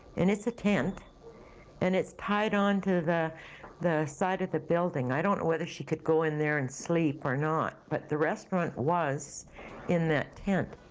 and it's tent and it's tied on to the the side of the building. i don't know whether she could go in there and sleep or not. but the restaurant was in that tent.